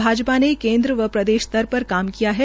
भाजपा ने केंद्र व प्रदेश स्तर पर काम किया है